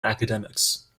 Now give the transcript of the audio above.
academics